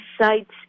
sites